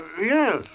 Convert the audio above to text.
Yes